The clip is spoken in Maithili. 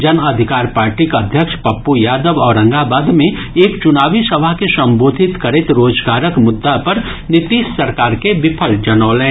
जन अधिकार पार्टीक अध्यक्ष पप्पू यादव औरंगाबाद मे एक चुनावी सभा के संबोधित करैत रोजगारक मुद्दा पर नीतीश सरकार के विफल जनौलनि